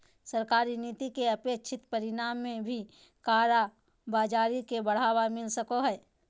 सरकारी नीति के अनपेक्षित परिणाम में भी कालाबाज़ारी के बढ़ावा मिल सको हइ